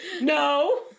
no